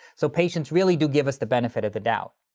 so patients really do give us the benefit of the doubt.